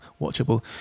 watchable